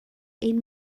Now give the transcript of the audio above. ein